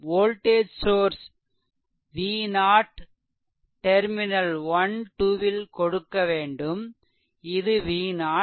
voltage source V0 terminal 12 ல் கொடுக்கவேண்டும் இது V0